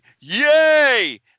Yay